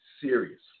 serious